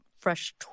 fresh